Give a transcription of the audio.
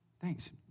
Thanks